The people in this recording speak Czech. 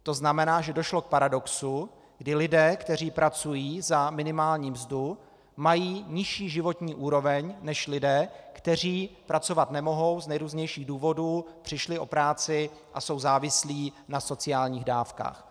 To znamená, že došlo k paradoxu, kdy lidé, kteří pracují za minimální mzdu, mají nižší životní úroveň než lidé, kteří pracovat nemohou z nejrůznějších důvodů, přišli o práci a jsou závislí na sociálních dávkách.